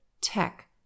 tech